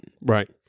Right